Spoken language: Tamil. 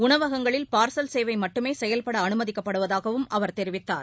உணவகங்களில் பார்சல் சேவை மட்டுமே செயல்பட அனுமதிக்கப்படுவதாகவும் அவர் தெரிவித்தார்